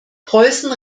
preußen